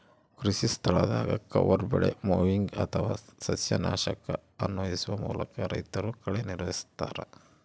ಕೃಷಿಸ್ಥಳದಾಗ ಕವರ್ ಬೆಳೆ ಮೊವಿಂಗ್ ಅಥವಾ ಸಸ್ಯನಾಶಕನ ಅನ್ವಯಿಸುವ ಮೂಲಕ ರೈತರು ಕಳೆ ನಿಗ್ರಹಿಸ್ತರ